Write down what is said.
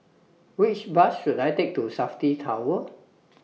Which Bus should I Take to Safti Tower